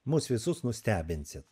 mus visus nustebinsit